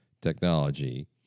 technology